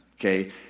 Okay